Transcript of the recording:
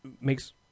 makes